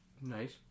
Nice